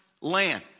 land